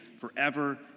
forever